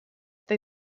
they